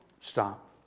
Stop